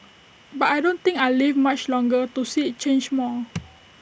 but I don't think I'll live much longer to see IT change more